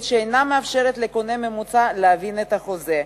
שאינה מאפשרת לקונה ממוצע להבין את החוזה,